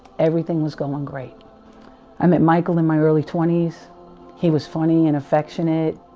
everything, was going great i met michael in my, early twenty s he was funny and affectionate?